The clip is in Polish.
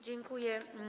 Dziękuję.